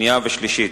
השנייה והשלישית.